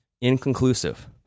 inconclusive